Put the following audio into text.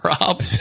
Rob